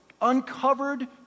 uncovered